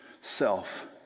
self